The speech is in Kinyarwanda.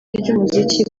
ry’umuziki